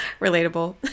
Relatable